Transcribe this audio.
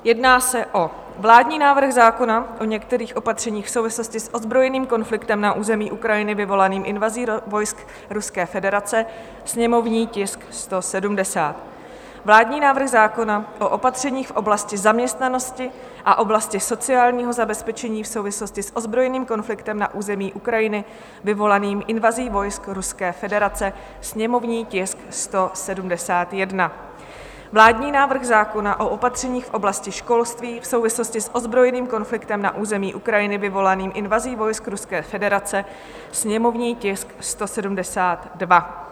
Jedná se o vládní návrh zákona o některých opatřeních v souvislosti s ozbrojeným konfliktem na území Ukrajiny vyvolaným invazí vojsk Ruské federace, sněmovní tisk 170; vládní návrh zákona o opatřeních v oblasti zaměstnanosti a oblasti sociálního zabezpečení v souvislosti s ozbrojeným konfliktem na území Ukrajiny vyvolaným invazí vojsk Ruské federace, sněmovní tisk 171; vládní návrh zákona o opatřeních v oblasti školství v souvislosti s ozbrojeným konfliktem na území Ukrajiny vyvolaným invazí vojsk Ruské federace, sněmovní tisk 172.